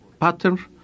pattern